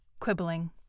quibbling